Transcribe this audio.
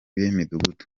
b’imidugudu